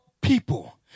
people